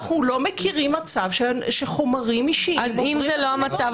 אנחנו לא מכירים מצב שחומרים אישיים --- אם זה לא המצב,